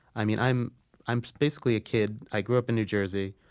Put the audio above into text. i mean, i'm i'm basically a kid. i grew up in new jersey.